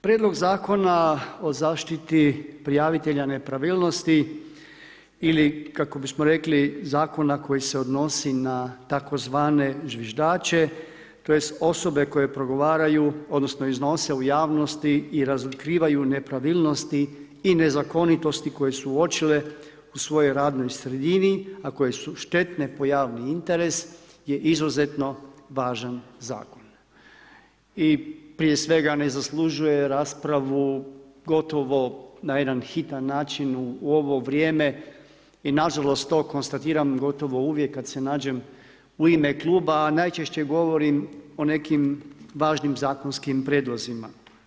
Prijedlog zakona o zaštiti prijavitelja nepravilnosti ili kako bismo rekli zakona koji se odnosi na tzv. zviždače, tj. osobe koje progovaraju, odnosno iznose u javnosti i razotkrivaju nepravilnosti i nezakonitosti koje su uočile u svojoj radnoj sredini, a koje su štetne po javni interes je izuzetno važan zakon i prije svega ne zaslužuje raspravu gotovo na jedan hitan način u ovo vrijeme i nažalost to konstatiram gotovo uvijek kad se nađem u ime kluba, a najčešće govorim o nekim važnim zakonskim prijedlozima.